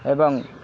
ଏବଂ